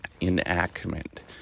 enactment